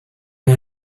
and